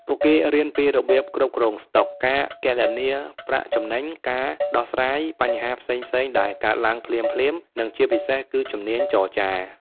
ពួកគេរៀនពីរបៀបគ្រប់គ្រងស្តុក ការគណនាប្រាក់ចំណេញ ការដោះស្រាយបញ្ហាផ្សេងៗដែលកើតឡើងភ្លាមៗ និងជាពិសេសគឺជំនាញចរចា។